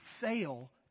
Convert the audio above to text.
fail